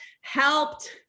helped